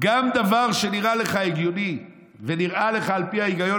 גם דבר שנראה לך הגיוני ונראה לך על פי ההיגיון,